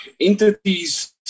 entities